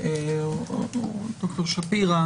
את דוקטור שפירא.